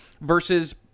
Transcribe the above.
versus